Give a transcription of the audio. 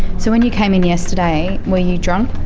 so when you came in yesterday, were you drunk?